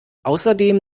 außerdem